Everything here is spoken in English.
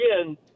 Again